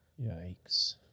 Yikes